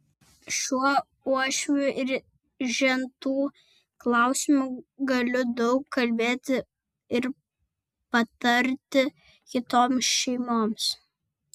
šiuo uošvių ir žentų klausimu galiu daug kalbėti ir patarti kitoms šeimoms